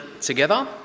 together